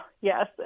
yes